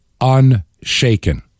unshaken